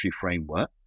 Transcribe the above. framework